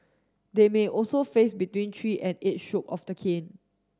they may also face between three and eight stroke of the cane